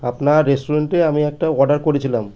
আপনার রেস্টুরেন্টে আমি একটা অর্ডার করেছিলাম